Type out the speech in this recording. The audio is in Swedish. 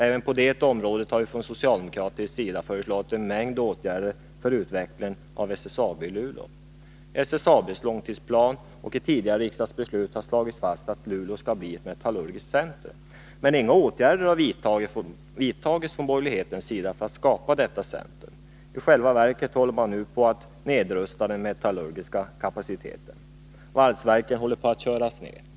Även på det området har vi från socialdemokratisk sida föreslagit en mängd åtgärder för utvecklingen av SSAB i Luleå. I SSAB:s långtidsplan och i tidigare riksdagsbeslut har slagits fast att Luleå skall bli ett metallurgiskt centrum. Men inga åtgärder har vidtagits från borgerlighetens sida för att skapa detta centrum. I själva verket håller man nu på att nedrusta den metallurgiska kapaciteten. Valsverken håller på att köras ned.